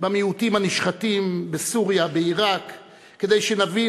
במיעוטים הנשחטים בסוריה ובעיראק כדי שנבין